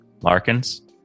Larkins